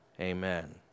amen